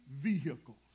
vehicles